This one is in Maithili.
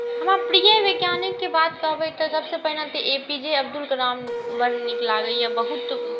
हमर प्रिय वैज्ञानिकके बात कहबै तऽ सभसँ पहिने तऽ A P J Abdul Kalam बड़ नीक लागैया बहुत